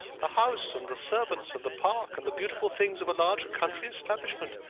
the house, and the servants, and the park, and the beautiful things of a large country establishment!